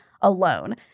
alone